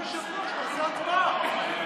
אדוני היושב-ראש, תעשה הצבעה.